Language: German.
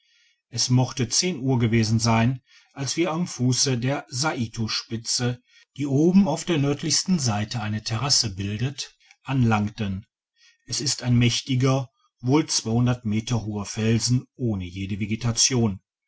es mochte zehn uhr gewesen sein als wir am fusse der saito spitze die oben auf der nördlichsten seite eine terasse bildet anlangten es ist ein mächtiger wohl meter hohe felsen ohne jede vegetation